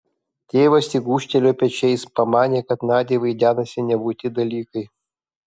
tėvas tik gūžtelėjo pečiais pamanė kad nadiai vaidenasi nebūti dalykai